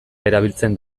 erabiltzen